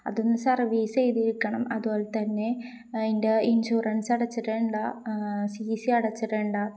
അതൊന്ന് സർവീസ് ചെയ്തിരിക്കണം അതുപോലെ തന്നെ അതിൻ്റെ ഇൻഷുറൻസ് അടച്ചിട്ടുണ്ടോ സി സി അടച്ചിട്ടുണ്ടോ